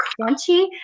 crunchy